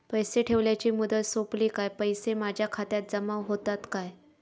पैसे ठेवल्याची मुदत सोपली काय पैसे माझ्या खात्यात जमा होतात काय?